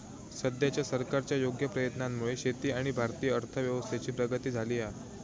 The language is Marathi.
सद्याच्या सरकारच्या योग्य प्रयत्नांमुळे शेती आणि भारतीय अर्थव्यवस्थेची प्रगती झाली हा